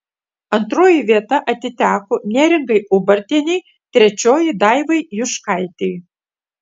antroji vieta atiteko neringai ubartienei trečioji daivai juškaitei